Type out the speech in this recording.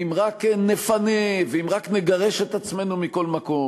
ואם רק נפנה ואם רק נגרש את עצמנו מכל מקום